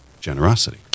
generosity